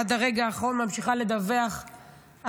עד הרגע האחרון היא המשיכה לדווח על